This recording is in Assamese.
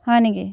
হয় নেকি